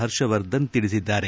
ಹರ್ಷವರ್ಧನ್ ತಿಳಿಸಿದ್ದಾರೆ